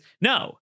no